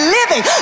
living